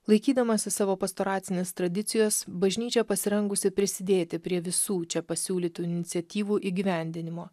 laikydamasis savo pastoracinės tradicijos bažnyčia pasirengusi prisidėti prie visų čia pasiūlytų iniciatyvų įgyvendinimo